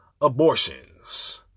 abortions